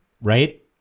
right